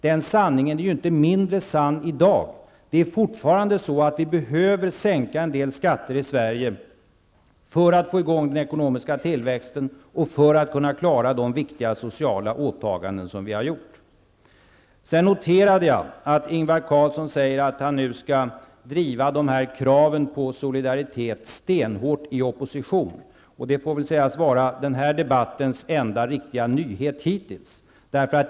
Den sanningen är inte mindre sann i dag. Fortfarande behöver vi sänka en del skatter i Sverige för att få i gång den ekonomiska tillväxten och kunna klara de viktiga sociala åtaganden som vi har gjort. Jag noterade att Ingvar Carlsson nu säger att han skall driva kraven på solidaritet stenhårt i opposition. Det får väl sägas vara denna debatts enda riktiga nyhet hittills.